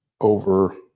over